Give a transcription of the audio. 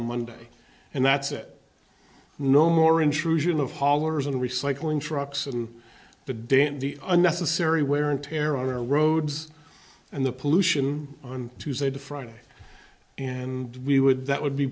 monday and thats it no more intrusion of haulers and recycling trucks and the damned the unnecessary wear and tear on our roads and the pollution on tuesday to friday and we would that would be